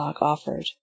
offered